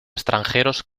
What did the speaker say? extranjeros